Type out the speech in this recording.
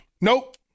Nope